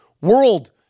world